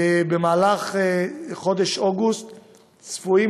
בחודש אוגוסט צפויה,